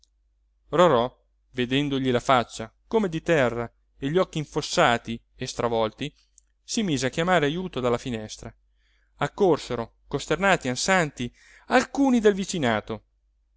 rorò vedendogli la faccia come di terra e gli occhi infossati e stravolti si mise a chiamare ajuto dalla finestra accorsero costernati ansanti alcuni del vicinato